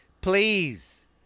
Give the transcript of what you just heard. please